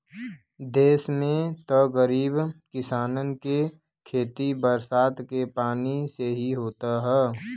देस में त गरीब किसानन के खेती बरसात के पानी से ही होत हौ